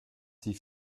sie